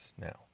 now